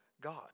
God